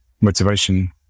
motivation